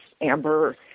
Amber